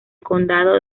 condado